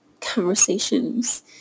conversations